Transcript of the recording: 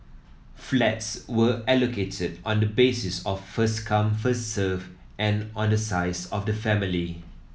flats were allocated on the basis of first come first served and on the size of the family